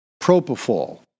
propofol